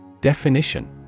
Definition